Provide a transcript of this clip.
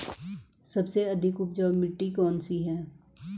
सबसे अधिक उपजाऊ मिट्टी कौन सी है?